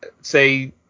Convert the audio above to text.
say